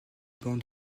bancs